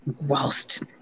Whilst